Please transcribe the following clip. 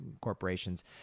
Corporations